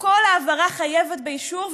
וכל העברה חייבת באישור,